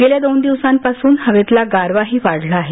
गेल्या दोन दिवसांपासून हवेतला गारवाही वाढला आहे